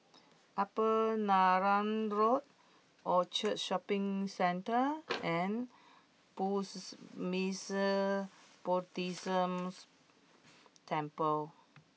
Upper Neram Road Orchard Shopping Centre and Burmese Buddhist Temple